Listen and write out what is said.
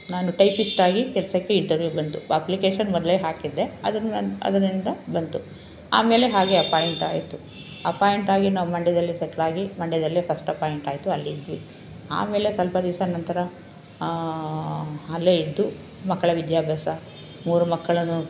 ನಾನು ಟೈಪಿಸ್ಟಾಗಿ ಕೆಲಸಕ್ಕೆ ಇಂಟರ್ವ್ಯೂವ್ ಬಂತು ಅಪ್ಲಿಕೇಶನ್ ಮೊದಲೇ ಹಾಕಿದ್ದೆ ಅದನ್ನು ನನ್ ಅದರಿಂದ ಬಂತು ಆಮೇಲೆ ಹಾಗೇ ಅಪಾಯಿಂಟ್ ಆಯಿತು ಅಪಾಯಿಂಟಾಗಿ ನಾವು ಮಂಡ್ಯದಲ್ಲಿ ಸೆಟ್ಲಾಗಿ ಮಂಡ್ಯದಲ್ಲೇ ಫಸ್ಟ್ ಅಪಾಯಿಂಟ್ ಆಯಿತು ಅಲ್ಲಿದ್ವಿ ಆಮೇಲೆ ಸ್ವಲ್ಪ ದಿವಸದ ನಂತರ ಅಲ್ಲೇ ಇದ್ದು ಮಕ್ಕಳ ವಿದ್ಯಾಭ್ಯಾಸ ಮೂರು ಮಕ್ಕಳನ್ನು